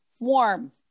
warm